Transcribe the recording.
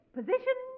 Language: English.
Position